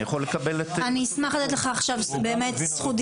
אני יכול לקבל את רשות הדיבור?